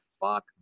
fuck